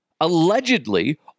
Allegedly